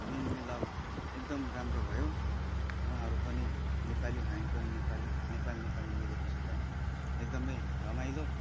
मिलमिलाउ एकदम राम्रो भयो वहाँहरू पनि नेपाली हामी पनि नेपाली नेपाली नेपाली मिलेपछि त एकदमै रमाइलो